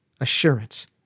assurance